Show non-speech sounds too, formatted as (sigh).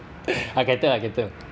(breath) I can tell I can tell